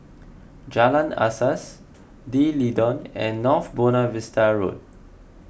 Jalan Asas D'Leedon and North Buona Vista Road